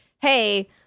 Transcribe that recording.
hey